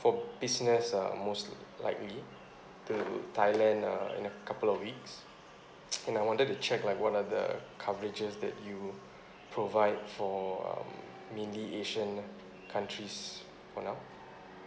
for business um most likely to thailand uh in a couple of weeks and I wanted to check like what are the coverages that you provide for um mainly asian countries for now